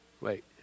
Wait